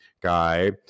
guy